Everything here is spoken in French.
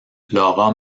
laura